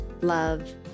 love